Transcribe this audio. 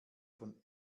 von